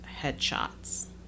Headshots